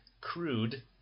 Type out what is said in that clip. crude